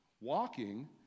walking